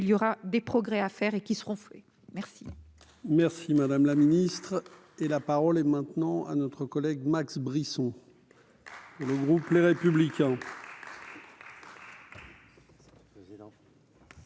il y aura des progrès à faire et qui seront fait merci. Merci madame la ministre et la parole est maintenant à notre collègue Max Brisson et le groupe, les républicains.